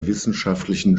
wissenschaftlichen